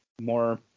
more